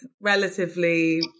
relatively